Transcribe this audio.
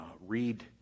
read